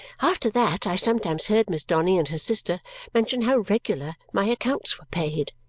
after that i sometimes heard miss donny and her sister mention how regular my accounts were paid,